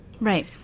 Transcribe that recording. right